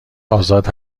آزاد